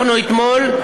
אנחנו אתמול,